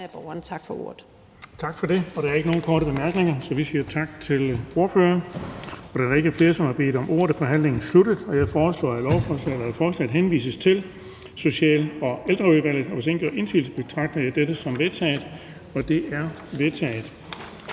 Tak for ordet.